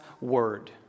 word